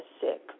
sick